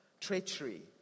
treachery